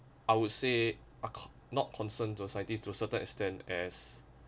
I would say accor~not concerned to the scientists to acertain extent as